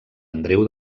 andreu